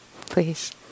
please